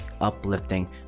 uplifting